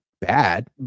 bad